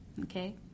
okay